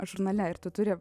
žurnale ir tu turi